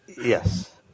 Yes